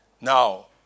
Now